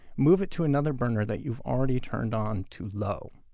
move it to another burner that you've already turned on to low.